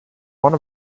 one